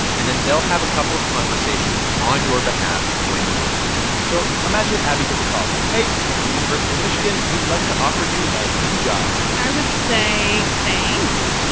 and then they'll have a couple of conversations on your behalf when you need it so imagine abbie gets a call. hey, it's the university of michigan. we'd like to offer you a new job i would say, thanks.